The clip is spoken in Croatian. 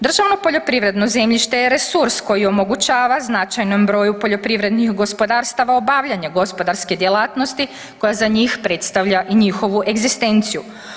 Državno poljoprivredno zemljište je resurs koji omogućava značajnom broju poljoprivrednih gospodarstava obavljanje gospodarske djelatnosti koja za njih predstavlja i njihovu egzistenciju.